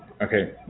Okay